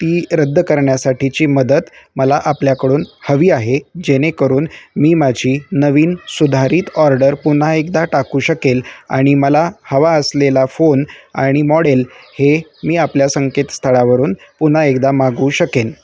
ती रद्द करण्यासाठीची मदत मला आपल्याकडून हवी आहे जेणेकरून मी माझी नवीन सुधारित ऑर्डर पुन्हा एकदा टाकू शकेल आणि मला हवा असलेला फोन आणि मॉडेल हे मी आपल्या संकेत स्थळावरून पुन्हा एकदा मागवू शकेन